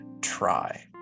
try